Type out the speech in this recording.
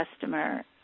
customer